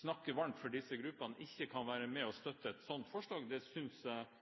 snakker varmt for disse gruppene, ikke kan være med å støtte et sånt forslag, synes jeg